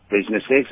Businesses